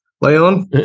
Leon